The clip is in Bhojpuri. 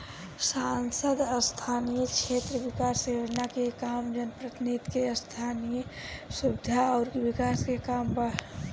सांसद स्थानीय क्षेत्र विकास योजना के काम जनप्रतिनिधि के स्थनीय सुविधा अउर विकास के काम बा